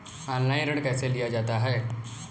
Online ऋण कैसे लिया जाता है?